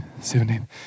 seventeen